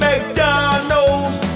McDonald's